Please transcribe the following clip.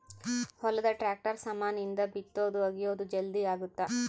ಹೊಲದ ಟ್ರಾಕ್ಟರ್ ಸಾಮಾನ್ ಇಂದ ಬಿತ್ತೊದು ಅಗಿಯೋದು ಜಲ್ದೀ ಅಗುತ್ತ